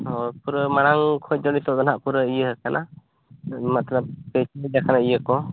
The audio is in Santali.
ᱦᱳᱭ ᱯᱩᱨᱟᱹ ᱢᱟᱲᱟᱝ ᱠᱷᱚᱱ ᱱᱤᱛᱚᱜ ᱫᱚᱱᱦᱟᱸᱜ ᱯᱩᱨᱟᱹ ᱤᱭᱟᱹ ᱟᱠᱟᱱᱟ ᱢᱟᱛᱞᱚᱵ ᱤᱭᱟᱹ ᱠᱚ